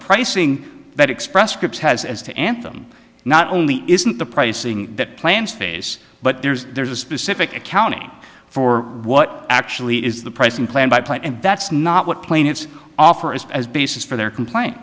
pricing that express scripts has as to anthem not only isn't the pricing that plans face but there's there's a specific accounting for what actually is the pricing plan by plan and that's not what plaintiffs offer is as basis for their complaint